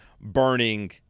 burning